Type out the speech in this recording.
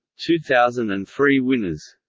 two thousand and three winners